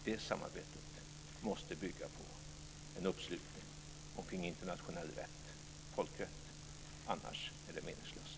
Detta samarbete måste bygga på en uppslutning kring internationell folkrätt, annars är det meningslöst.